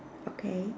okay